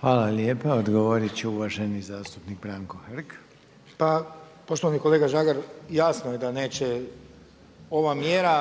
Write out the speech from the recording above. Hvala lijepa. Odgovorit će uvaženi zastupnik Branko Hrg. **Hrg, Branko (HDS)** Pa poštovani kolega Žagar, jasno je da neće ova mjera